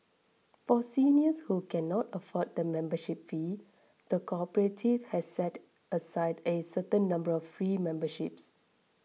for seniors who cannot afford the membership fee the cooperative has set aside a certain number of free memberships